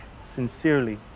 sincerely